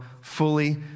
fully